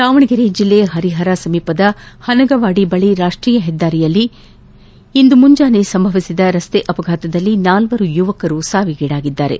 ದಾವಣಗೆರೆ ಜಿಲ್ಲೆ ಹರಿಹರ ಸಮೀಪದ ಹನಗವಾಡಿ ಬಳಿ ರಾಷ್ಷೀಯ ಹೆದ್ದಾರಿಯಲ್ಲಿ ಇಂದು ಮುಂಜಾನೆ ಸಂಭವಿಸಿದ ರಸ್ತೆ ಅಪಘಾತದಲ್ಲಿ ನಾಲ್ವರು ಯುವಕರು ಸಾವಿಗೀಡಾಗಿದ್ದಾರೆ